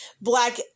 Black